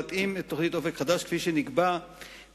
להתאים את תוכנית "אופק חדש" כפי שנקבע בהסכם